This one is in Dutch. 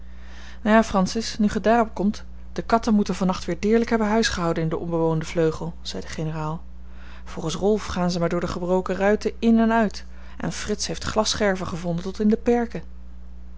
ja francis nu gij daarop komt de katten moeten van nacht weer deerlijk hebben huisgehouden in den onbewoonden vleugel zei de generaal volgens rolf gaan ze maar door de gebroken ruiten in en uit en frits heeft glasscherven gevonden tot in de perken